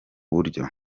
buryo